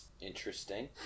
Interesting